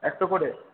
একশো করে